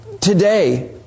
today